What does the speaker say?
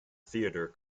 theatre